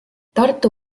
tartu